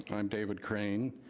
i'm david crane.